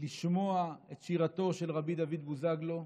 לשמוע את שירתו של רבי דוד בוזגלו,